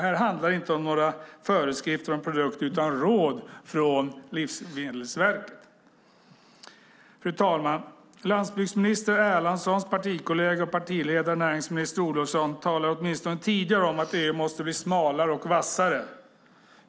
Här handlar det inte om föreskrifter om produkter utan om råd från Livsmedelsverket. Fru talman! Landsbygdsminister Erlandssons partikollega och partiledare, näringsminister Olofsson, talade åtminstone tidigare om att EU måste bli smalare och vassare.